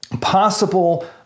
possible